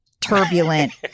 turbulent